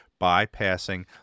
bypassing